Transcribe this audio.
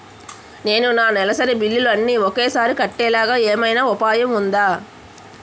నేను నా నెలసరి బిల్లులు అన్ని ఒకేసారి కట్టేలాగా ఏమైనా ఉపాయం ఉందా?